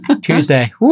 Tuesday